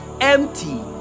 empty